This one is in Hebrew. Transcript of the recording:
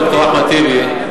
ד"ר אחמד טיבי,